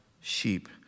sheep